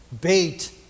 bait